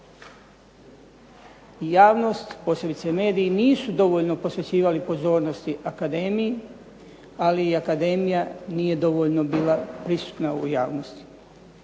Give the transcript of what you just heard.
Javnost posebice mediji nisu dovoljno posjećivali pozornosti akademiji, ali akademija nije dovoljno bila prisutna u javnosti.